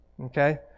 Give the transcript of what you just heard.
Okay